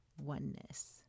oneness